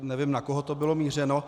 Nevím, na koho to bylo mířeno.